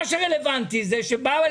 זה לקחת קבוצה גדולה של אלפי